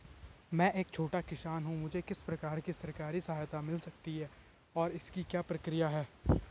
मैं एक छोटा किसान हूँ मुझे किस प्रकार की सरकारी सहायता मिल सकती है और इसकी क्या प्रक्रिया है?